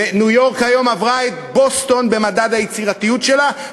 ניו-יורק היום עברה את בוסטון במדד היצירתיות שלה,